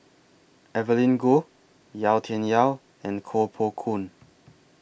Evelyn Goh Yau Tian Yau and Koh Poh Koon